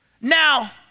Now